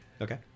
Okay